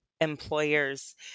employers